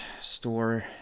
store